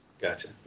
gotcha